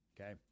okay